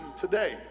today